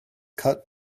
cut